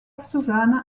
susanna